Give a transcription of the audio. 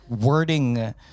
Wording